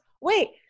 wait